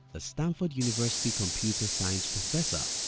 a stanford university computer science professor,